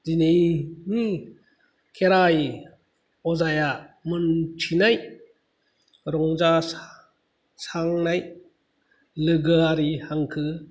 दिनैनि खेराय अजाया मोन्थिनाय रंजा सांनाय लोगोआरि हांखो